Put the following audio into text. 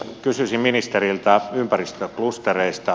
kysyisin ministeriltä ympäristöklustereista